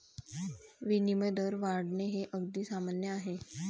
विनिमय दर वाढणे हे अगदी सामान्य आहे